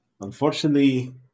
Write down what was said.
unfortunately